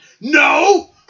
No